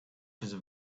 patches